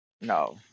No